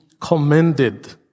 commended